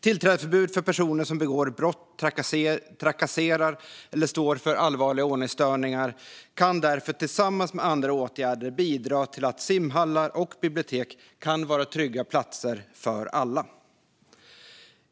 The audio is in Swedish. Tillträdesförbud för personer som begår brott, trakasserar eller står för allvarliga ordningsstörningar kan därför tillsammans med andra åtgärder bidra till att simhallar och bibliotek kan vara trygga platser för alla.